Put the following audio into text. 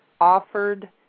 offered